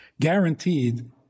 Guaranteed